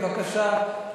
בבקשה,